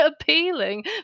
appealing